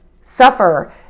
suffer